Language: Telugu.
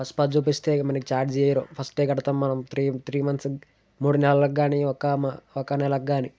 బస్ పాస్ చూపిస్తే మనకి చార్జ్ చేయరు ఫస్టే కడతాం మనం త్రీ త్రీ మంత్స్కి మూడు నెలలకు గానీ ఒక మ ఒక నెలకి గానీ